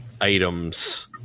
items